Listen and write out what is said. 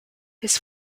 his